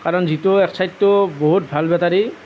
কাৰণ যিটো এক্সাইডটো বহুত ভাল বেটাৰী